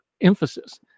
emphasis